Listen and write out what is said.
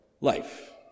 life